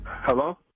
Hello